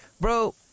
bro